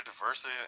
diversity